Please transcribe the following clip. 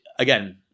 Again